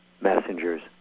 messengers